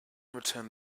returned